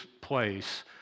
place